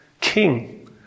king